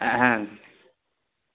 হ্যাঁ